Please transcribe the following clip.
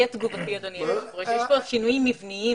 יש כאן שינויים מבניים.